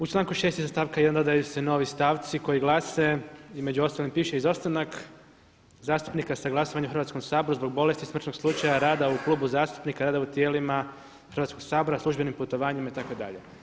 U članku 6. iza stavka 1. dodaju se novi stavci koji glase, između ostalog piše izostanak zastupnika sa glasovanja u Hrvatskom saboru, zbog bolesti, smrtnog slučaja, rada u klubu zastupnika, rada u tijelima Hrvatskog sabora, službenim putovanjima itd.